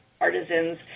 artisans